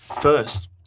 First